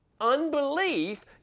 unbelief